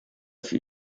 für